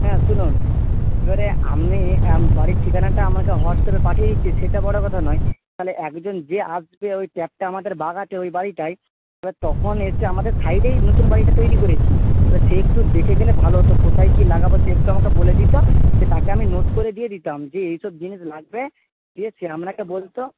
হ্যাঁ শুনুন এবারে আমি বাড়ির ঠিকানাটা আপনাকে হোয়াটসঅ্যাপে পাঠিয়ে দিচ্ছি সেটা বড় কথা নয় তাহলে একজন যে আসবে ওই ট্যাপটা আমাদের বাগাতে ওই বাড়িটায় এবার তখন এসে আমাদের সাইডেই নতুন বাড়িটা তৈরি করেছি এবার সে একটু দেখে গেলে ভালো হতো কোথায় কী লাগাব সে একটু আমাকে বলে দিত দিয়ে তাকে আমি নোট করে দিয়ে দিতাম যে এই সব জিনিস লাগবে দিয়ে সে আপনাকে বলত